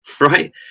Right